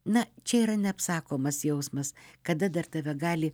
na čia yra neapsakomas jausmas kada dar tave gali